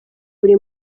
buri